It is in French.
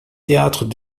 théâtre